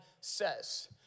says